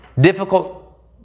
difficult